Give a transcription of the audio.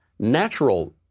natural